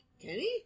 Kenny